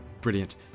Brilliant